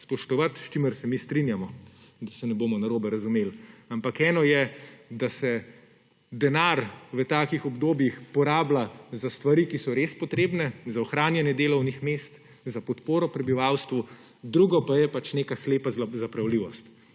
spoštovati – s čimer se mi strinjamo, da se ne bomo narobe razumeli. Ampak eno je, da se denar v takih obdobjih porablja za stvari, ki so res potrebne, za ohranjanje delovnih mest, za podporo prebivalstvu, drugo pa je neka slepa zapravljivost.